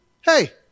Hey